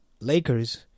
lakers